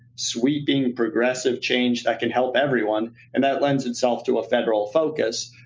sweeping progressive change that can help everyone, and that lends itself to a federal focus.